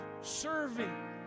serving